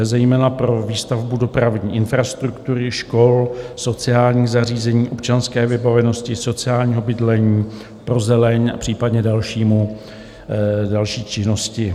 To je zejména pro výstavbu dopravní infrastruktury, škol, sociálních zařízení, občanské vybavenosti, sociálního bydlení, pro zeleň, případně dalších činností.